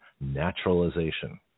naturalization